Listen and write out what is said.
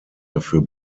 dafür